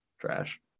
Trash